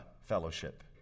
fellowship